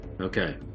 Okay